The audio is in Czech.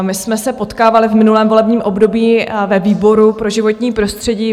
My jsme se potkávaly v minulém volebním období ve výboru pro životní prostředí.